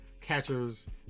catchers